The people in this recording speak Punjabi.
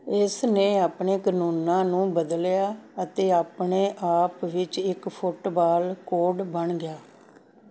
ਇਸ ਨੇ ਆਪਣੇ ਕਾਨੂੰਨਾਂ ਨੂੰ ਬਦਲਿਆ ਅਤੇ ਆਪਣੇ ਆਪ ਵਿੱਚ ਇੱਕ ਫੁੱਟਬਾਲ ਕੋਚ ਬਣ ਗਿਆ